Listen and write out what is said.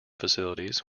facilities